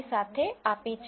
csv સાથે આપી છે